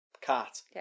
cat